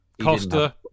Costa